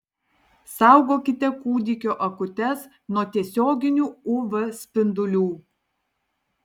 saugokite kūdikio akutes nuo tiesioginių uv spindulių